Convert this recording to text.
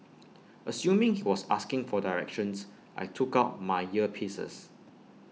assuming he was asking for directions I took out my earpieces